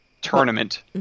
tournament